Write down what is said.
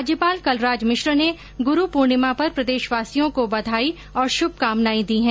राज्यपाल कलराज मिश्र ने गुरू पूर्णिमा पर प्रदेशवासियों को बधाई और शुभकामनाएं दी हैं